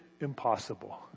impossible